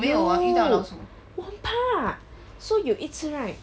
有我很怕 so 有一次 right